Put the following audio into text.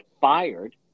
fired